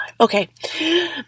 Okay